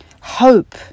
hope